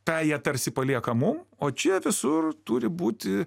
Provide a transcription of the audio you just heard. tą jie tarsi palieka mum o čia visur turi būti